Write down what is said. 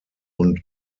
und